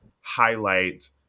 highlight